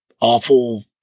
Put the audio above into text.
Awful